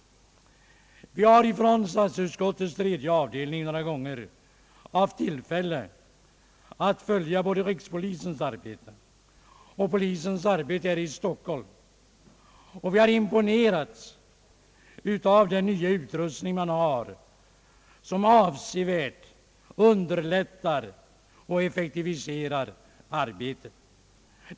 Vi har i statsutskottets tredje avdelning några gånger haft tillfälle att följa arbetet hos både rikspolisen och polisen här i Stockholm, och vi har imponerats av den nya utrustningen, som avsevärt underlättar och effektiviserar arbetet.